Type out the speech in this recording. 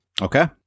Okay